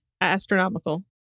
Astronomical